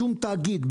בשום תאגיד,